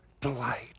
delight